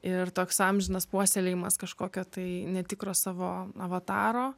ir toks amžinas puoselėjimas kažkokio tai netikro savo avataro